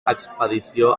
expedició